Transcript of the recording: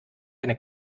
eine